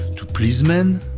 to please men,